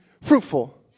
fruitful